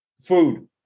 food